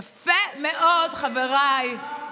יפה מאוד, חבריי.